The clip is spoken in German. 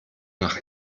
nach